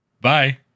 Bye